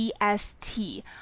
EST